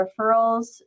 referrals